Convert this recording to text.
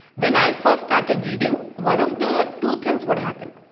when i first started reading, one of the two things would happen.